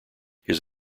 his